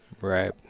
Right